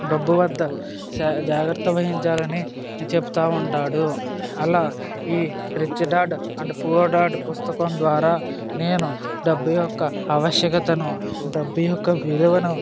డబ్బు వద్ద జాగ్రత్త వహించాలని చెబుతూ ఉంటాడు అలా ఈ rich dad and poor dad పుస్తకం ద్వారా నేను డబ్బు యొక్క అవశ్యకతను డబ్బు యొక్క విలువను